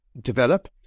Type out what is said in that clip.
develop